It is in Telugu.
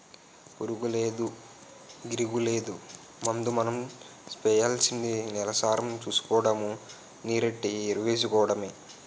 పురుగూలేదు, గిరుగూలేదు ముందు మనం సెయ్యాల్సింది నేలసారం సూసుకోడము, నీరెట్టి ఎరువేసుకోడమే